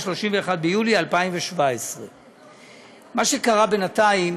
31 ביולי 2017. מה שקרה בינתיים,